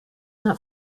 not